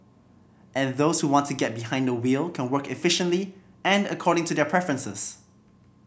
and those who want to get behind the wheel can work efficiently and according to their preferences